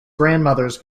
grandmothers